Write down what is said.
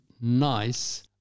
nice